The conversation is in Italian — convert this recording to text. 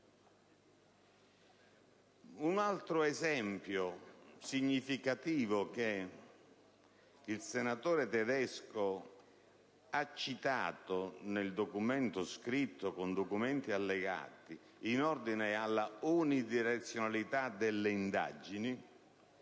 Un altro esempio significativo che il senatore Tedesco ha citato nel documento scritto, con documenti allegati, in ordine alla unidirezionalità delle indagini